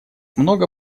много